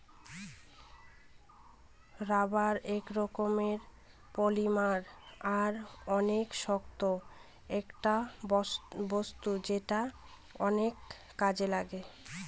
rubber এক রকমের polymer আর অনেক শক্ত একটা বস্তু যেটা অনেক কাজে লাগে